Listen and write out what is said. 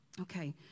okay